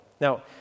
Now